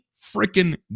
freaking